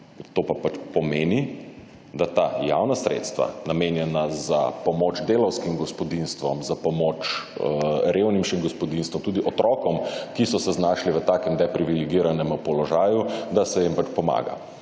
to pa pač pomeni, da ta javna sredstva, namenjena za pomoč delavskim gospodinjstvom, za pomoč revnejšim gospodinjstvom, tudi otrokom, ki so se znašli v takem depriviligiranem položaju, da se jim pač pomaga.